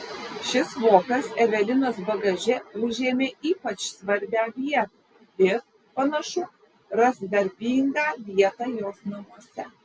šis vokas evelinos bagaže užėmė ypač svarbią vietą ir panašu ras garbingą vietą jos namuose